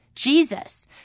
Jesus